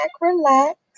relax